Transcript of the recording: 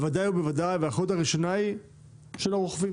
בוודאי ובוודאי שיש להן אחריות אבל האחריות הראשונה היא של הרוכבים.